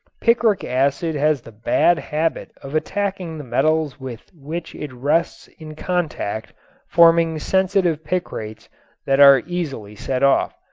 picric acid has the bad habit of attacking the metals with which it rests in contact forming sensitive picrates that are easily set off,